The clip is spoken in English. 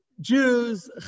Jews